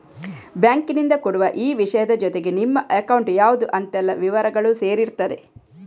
ಬ್ಯಾಂಕಿನಿಂದ ಕೊಡುವ ಈ ವಿಷಯದ ಜೊತೆಗೆ ನಿಮ್ಮ ಅಕೌಂಟ್ ಯಾವ್ದು ಅಂತೆಲ್ಲ ವಿವರಗಳೂ ಸೇರಿರ್ತದೆ